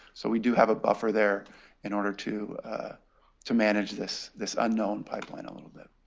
so we do have a buffer there in order to to manage this this unknown pipeline a little bit.